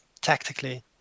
tactically